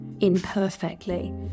imperfectly